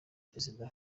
perezida